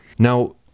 Now